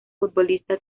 futbolista